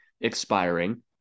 expiring